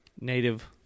native